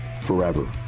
forever